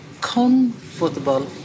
comfortable